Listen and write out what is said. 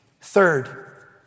Third